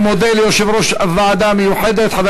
אני מודה ליושב-ראש הוועדה המיוחדת חבר